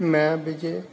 ਮੈਂ ਵਿਜੇ